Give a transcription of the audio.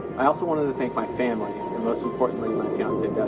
i also wanted to thank my family, and most importantly my fiance